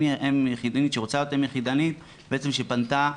שרוצה להיות אם יחידנית שפנתה,